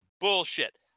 bullshit